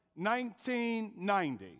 1990